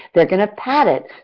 they're going to pat it.